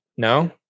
No